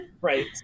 Right